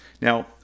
Now